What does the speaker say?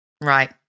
Right